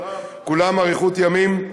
לכולם אריכות ימים,